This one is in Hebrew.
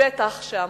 ובטח עמומות.